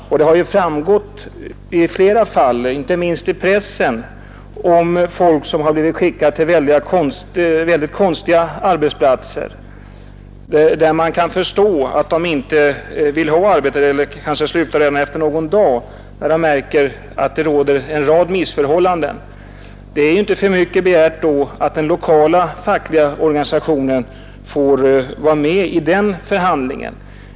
Det har i flera fall förekommit — detta har framgått bl.a. av uppgifter i pressen — att folk blivit skickade till mycket konstiga arbetsplatser där man kan förstå att de inte vill arbeta eller slutar redan efter någon dag när de märker att det råder en rad missförhållanden. Det är då inte för mycket begärt att den lokala fackliga organisationen får delta i Nr49 förhandlingarna.